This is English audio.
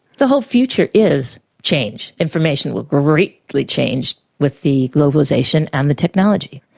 the whole future is change, information will greatly change with the globalisation and the technology.